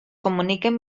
comuniquen